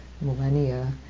millennia